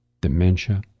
dementia